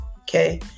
Okay